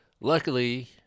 luckily